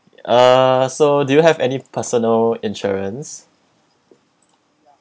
uh so do you have any personal insurance